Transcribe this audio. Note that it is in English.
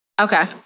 Okay